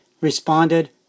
responded